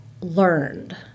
learned